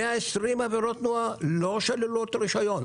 120 עבירות תנועה ולא שללו לו את הרישיון,